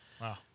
Wow